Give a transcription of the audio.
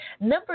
Number